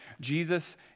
Jesus